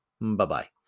Bye-bye